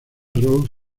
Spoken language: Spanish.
rose